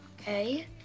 Okay